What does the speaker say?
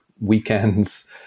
weekends